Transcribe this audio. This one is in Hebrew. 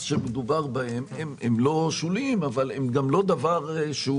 שמדובר בהם הם לא שוליים אבל הם גם לא דבר שהוא